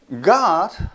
God